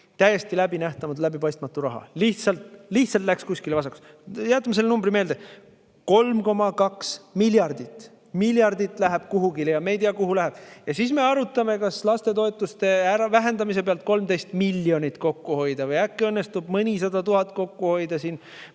Täiesti läbinähtamatu, läbipaistmatu raha lihtsalt läks kuskile vasakule. Jätame selle numbri meelde: 3,2 miljardit läheb kuhugi, me ei tea, kuhu läheb. Ja siis me arutame, kas lastetoetuste vähendamise pealt 13 miljonit kokku hoida või äkki õnnestub mõnisada tuhat kokku hoida